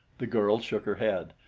the girl shook her head.